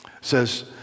says